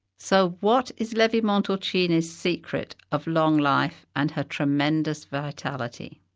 so what is levi-montalcini's secret of long life and her tremendous vitality?